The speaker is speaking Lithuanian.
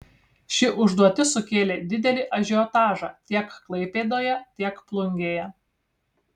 ši užduotis sukėlė didelį ažiotažą tiek klaipėdoje tiek plungėje